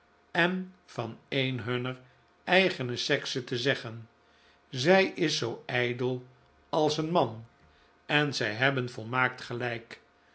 en van een hunner eigen sekse te zeggen zij is zoo ijdel als een man en zij hebben volmaakt gelijk